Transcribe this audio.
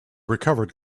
recovered